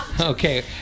Okay